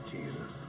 Jesus